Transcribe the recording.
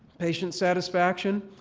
patient satisfaction,